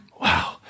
Wow